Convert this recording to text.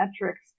metrics